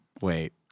wait